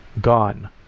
Gone